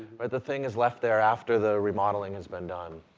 right? the thing is left there after the remodeling has been done.